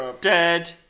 dead